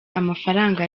amafaranga